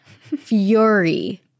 fury